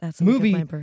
movie